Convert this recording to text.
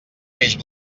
peix